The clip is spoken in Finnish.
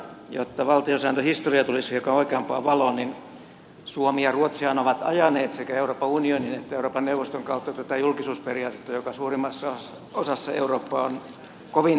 jotta valtiosääntöhistoria tulisi hiukan oikeampaan valoon niin suomi ja ruotsihan ovat ajaneet sekä euroopan unionin että euroopan neuvoston kautta tätä julkisuusperiaatetta joka suurimmassa osassa eurooppaa on kovin vajaasti kehittynyt